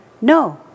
No